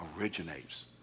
originates